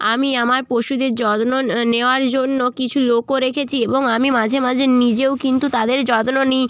আমি আমার পশুদের যত্ন নেওয়ার জন্য কিছু লোকও রেখেছি এবং আমি মাঝে মাঝে নিজেও কিন্তু তাদের যত্ন নিই